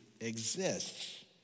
exists